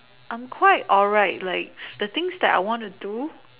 I'm quite alright like the things that I want to do